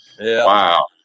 wow